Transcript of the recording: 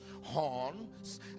horns